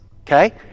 okay